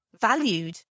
valued